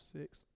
six